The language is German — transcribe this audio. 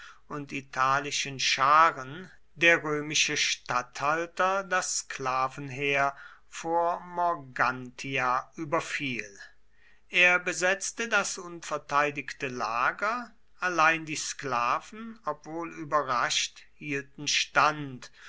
und italischen scharen der römische statthalter das sklavenheer vor morgantia überfiel er besetzte das unverteidigte lager allein die sklaven obwohl überrascht hielten stand